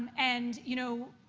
and, you know,